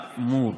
האמור'."